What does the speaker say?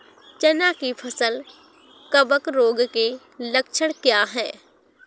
चना की फसल कवक रोग के लक्षण क्या है?